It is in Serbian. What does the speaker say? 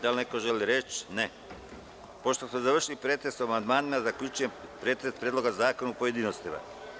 Da li neko želi reč? (Ne) Pošto smo završili pretres o amandmanima, zaključuje pretres Predloga zakona u pojedinostima.